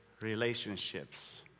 relationships